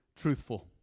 truthful